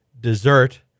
dessert